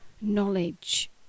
knowledge